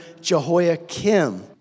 Jehoiakim